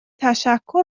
تشکر